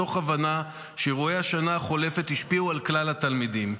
מתוך הבנה שאירועי השנה החולפת השפיעו על כלל התלמידים.